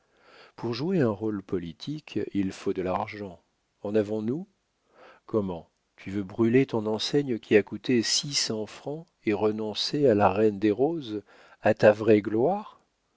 pour jouer un rôle politique il faut de l'argent en avons-nous comment tu veux brûler ton enseigne qui a coûté six cents francs et renoncer à la reine des roses à ta vraie gloire